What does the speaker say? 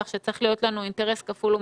כך שצריך להיות לנו אינטרס כפול ומכופל.